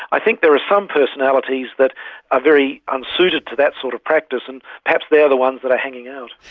i think there are some personalities that are very unsuited to that sort of practice and perhaps they are the ones that are hanging out.